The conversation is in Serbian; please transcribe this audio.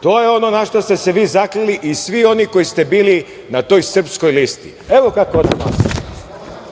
To je ono na šta ste vi zakleli i svi oni koji ste bili na toj Srpskoj listi. Evo kako ona